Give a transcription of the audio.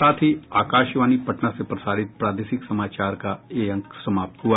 इसके साथ ही आकाशवाणी पटना से प्रसारित प्रादेशिक समाचार का ये अंक समाप्त हुआ